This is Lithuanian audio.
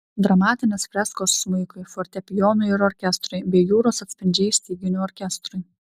dramatinės freskos smuikui fortepijonui ir orkestrui bei jūros atspindžiai styginių orkestrui